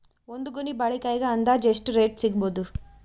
ಒಂದ್ ಗೊನಿ ಬಾಳೆಕಾಯಿಗ ಅಂದಾಜ ರೇಟ್ ಎಷ್ಟು ಸಿಗಬೋದ?